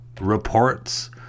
reports